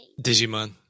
Digimon